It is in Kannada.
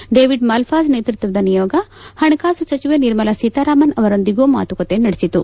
ಡೇವಿಡ್ ಮಲ್ಪಾಸ್ ನೇತೃತ್ವದ ನಿಯೋಗ ಹಣಕಾಸು ಸಚಿವೆ ನಿರ್ಮಲಾ ಸೀತಾರಾಮನ್ ಅವರೊಂದಿಗೂ ಮಾತುಕತೆ ನಡೆಸಿತು